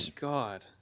God